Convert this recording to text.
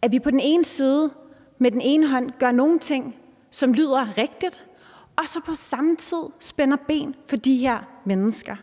skal sige, at vi med den ene hånd gør nogle ting, som lyder rigtigt, og vi så på samme tid spænder ben for de her mennesker.